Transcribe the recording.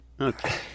Okay